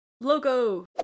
Logo